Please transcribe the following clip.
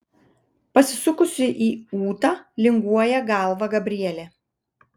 pasisukusi į ūtą linguoja galvą gabrielė